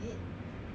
so weird eh